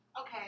Okay